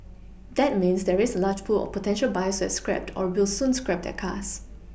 that means there is a large pool of potential buyers scrapped or will soon scrap their cars